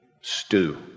stew